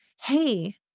hey